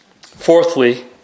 Fourthly